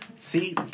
see